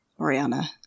Oriana